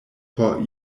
por